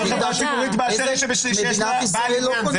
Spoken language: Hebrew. --- חברה ציבורית באשר היא שיש לה בעל עניין,